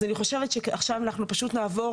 אז אני חושבת שאנחנו עכשיו פשוט נעבור